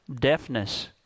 deafness